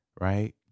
right